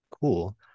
cool